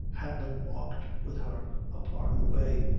hanlon walked with her a part of the way,